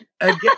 Again